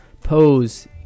Pose